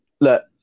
look